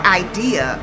idea